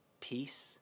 peace